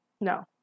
No